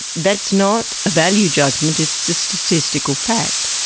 that's not a value judgement, it's just statistical fact.